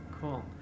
Cool